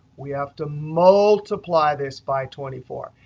we have to multiply this by twenty four.